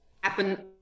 happen